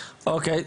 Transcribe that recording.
אוקיי.